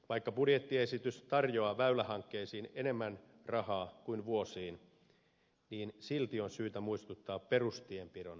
vaikka budjettiesitys tarjoaa väylähankkeisiin enemmän rahaa kuin vuosiin silti on syytä muistuttaa perustienpidon tarpeista